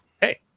hey